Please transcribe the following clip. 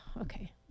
Okay